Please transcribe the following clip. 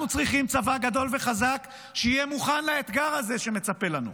אנחנו צריכים צבא גדול וחזק שיהיה מוכן לאתגר הזה שמצפה לנו,